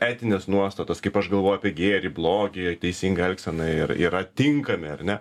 etinės nuostatos kaip aš galvoju apie gėrį blogį teisingą elgseną ir yra tinkami ar ne